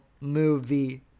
movie